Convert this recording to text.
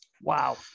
wow